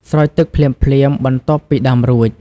ស្រោចទឹកភ្លាមៗបន្ទាប់ពីដាំរួច។